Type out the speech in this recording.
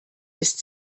ist